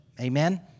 Amen